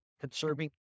Conserving